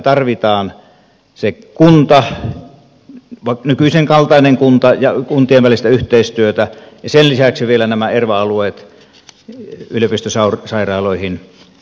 tarvitaan se kunta nykyisenkaltainen kunta ja kuntien välistä yhteistyötä ja sen lisäksi vielä nämä erva alueet yliopistosairaaloihin liittyen